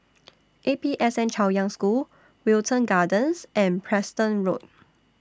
A P S N Chaoyang School Wilton Gardens and Preston Road